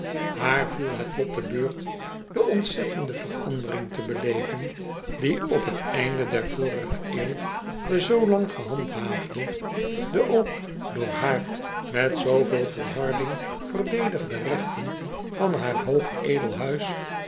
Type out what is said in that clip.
aar viel het lot te beurt de ontzettende verandering te beleven die op t eind der vorige eeuw de zoolang gehandhaafde de ook door haar met zooveel volharding verdedigde regten van haar hoog edel huis